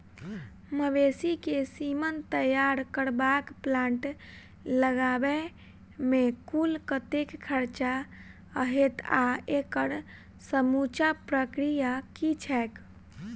मवेसी केँ सीमन तैयार करबाक प्लांट लगाबै मे कुल कतेक खर्चा हएत आ एकड़ समूचा प्रक्रिया की छैक?